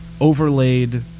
overlaid